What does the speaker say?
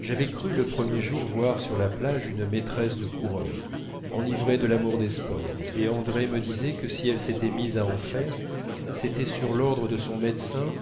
j'avais cru le premier jour voir sur la plage une maîtresse de coureur enivrée de l'amour des sports et andrée me disait que si elle s'était mise à en faire c'était sur l'ordre de son médecin